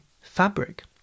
fabric